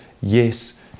Yes